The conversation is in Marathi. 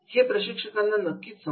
हे प्रशिक्षकांना नक्कीच समजेल